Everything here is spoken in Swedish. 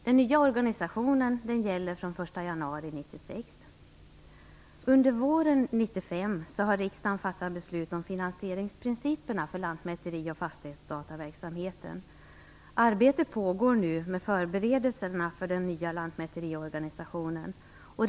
Den nya organisationen gäller fr.o.m. den 1 januari 1996. Under våren 1995 har riksdagen fattat beslut om finansieringsprinciperna för lantmäteri och fastighetsdataverksamheten. Arbete pågår nu med förberedelserna för den nya lantmäteriorganisationen.